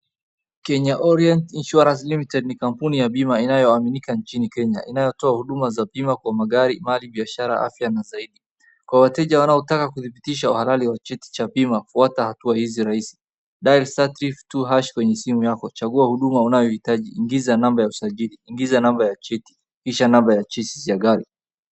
Kenya Orient Insurance Limited ni kampuni ya bima inayoaminika nchini Kenya, inayotoa huduma za bima kwa magari, mali, biashara, afya na zaidi. Kwa wateja wanaotaka kudhibitisha uhalali wa cheti cha bima fuata hatua hizi rahisi. Dial *352# kwenye simu yako, chagua huduma unayohitaji, ingiza namba ya usajili, ingiza namba ya cheti, ingiza number ya chassis ya gari.